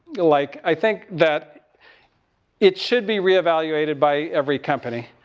like, i think that it should be reevaluated by every company.